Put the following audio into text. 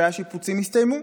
מתי השיפוצים יסתיימו?